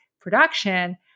production